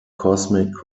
cosmic